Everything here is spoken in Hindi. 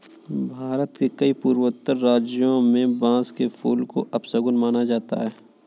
भारत के कई पूर्वोत्तर राज्यों में बांस के फूल को अपशगुन माना जाता है